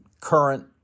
current